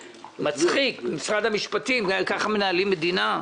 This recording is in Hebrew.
משרד המשפטים, ככה מנהלים מדינה?